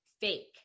fake